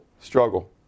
struggle